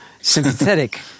sympathetic